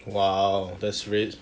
!wow! that's rich